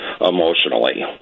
emotionally